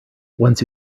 once